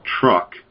truck